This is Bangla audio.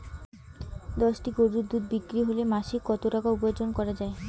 দশটি গরুর দুধ বিক্রি করে মাসিক কত টাকা উপার্জন করা য়ায়?